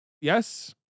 Yes